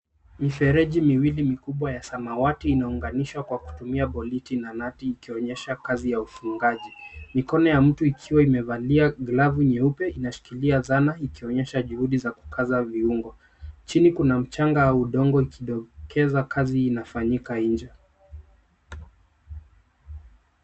Mifereji miwili mikubwa ya samawati inaunganishwa kwa kutumia bonito na nati ikionyesha kazi ya ufungaji. Mikono ya mtu ikiwa imevalia glavu nyeupe inashikilia zana ikionyesha juhudi za kukaza viungo. Chini kuna mchanga au udongo ukidokeza kazi inafanyika nje.